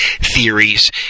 theories